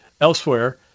elsewhere